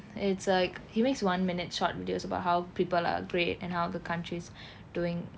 it's like he makes one minute short videos about how people are great and how the countries doing